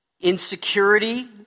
insecurity